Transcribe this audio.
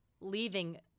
leaving